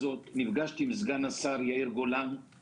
נפגשתי עם סגן השרה יאיר גולן לדון על הסוגיה הזאת.